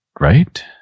Right